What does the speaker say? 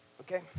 Okay